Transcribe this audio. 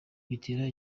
bitera